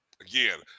Again